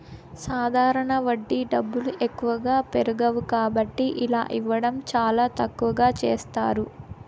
సాధారణ వడ్డీ డబ్బులు ఎక్కువగా పెరగవు కాబట్టి ఇలా ఇవ్వడం చాలా తక్కువగా చేస్తారు